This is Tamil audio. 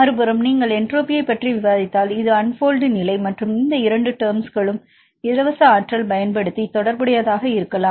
மறுபுறம் நீங்கள் என்ட்ரோபியைப் பற்றி விவாதித்தால் இது அன்போல்டு நிலை மற்றும் இந்த 2 டெர்ம்ஸ்களும் இலவச ஆற்றல் பயன்படுத்தி தொடர்புடையதாக இருக்கலாம்